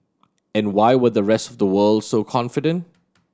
and why were the rest of the world so confident